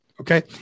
Okay